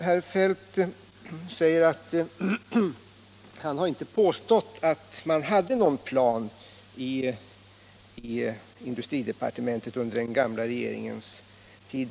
Herr Feldt förklarar att han inte har påstått att det fanns någon plan i industridepartementet under den gamla regeringens tid.